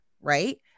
right